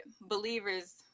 believers